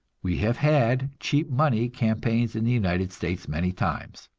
we have had cheap money campaigns in the united states many times,